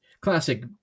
classic